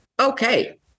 Okay